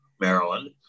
Maryland